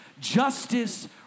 Justice